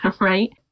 right